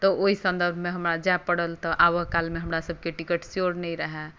तऽ ओहि सन्दर्भमे हमरा जाय पड़ल तऽ आबऽ कालमे हमरा सबकेँ टिकट स्योर नहि रहय